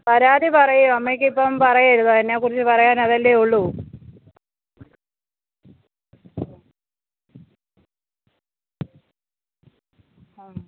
പരാതി പറയോ അമ്മക്കിപ്പം പറയരുതോ എന്നേക്കുറിച്ച് പറയാൻ അതല്ലേ ഉള്ളൂ